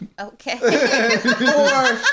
Okay